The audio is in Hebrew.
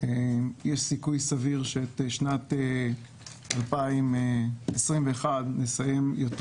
יש סיכוי סביר שאת שנת 2021 נסיים יותר